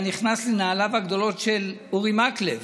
נכנס לנעליו הגדולות של אורי מקלב.